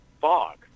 fog